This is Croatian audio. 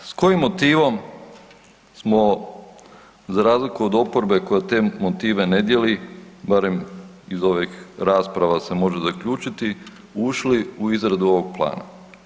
S kojim motivom smo za razliku od oporbe koja te motive ne dijeli barem iz ovih rasprava se može zaključiti ušli u izradu ovog plana?